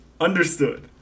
Understood